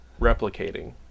Replicating